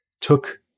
took